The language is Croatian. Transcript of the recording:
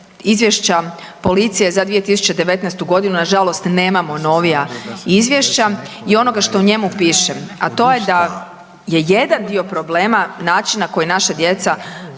Izvješća policije za 2019. godinu. Na žalost nemamo novija izvješća i onoga što u njemu piše, a to je da je jedan dio problema način na koji naša djeca